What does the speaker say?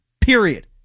Period